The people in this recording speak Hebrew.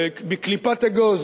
בקליפת אגוז,